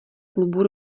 klubu